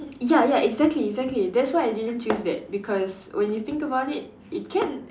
ya ya exactly exactly that's why I didn't choose that because when you think about it it can